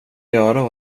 göra